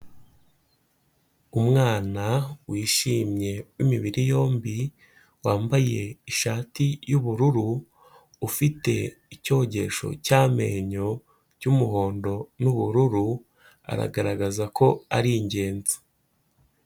Umwana wishimye w'imibiri yombi, wambaye ishati y'ubururu, ufite icyogesho cy'amenyo cy'umuhondo n'ubururu, aragaragaza ko ari ingenzi.